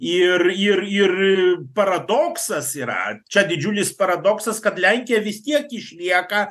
ir ir ir paradoksas yra čia didžiulis paradoksas kad lenkija vis tiek išlieka